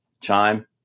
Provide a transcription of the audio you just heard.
Chime